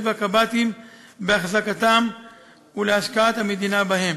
והקב"טים באחזקתם ולהשקעת המדינה בהם.